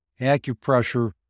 acupressure